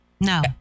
No